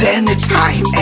anytime